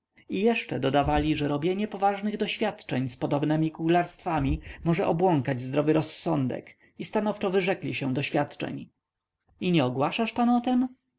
jeszcze dodawali że robienie poważnych doświadczeń z podobnemi kuglarstwami może obłąkać zdrowy rozsądek i stanowczo wyrzekli się doświadczeń i nie ogłaszasz pan o tem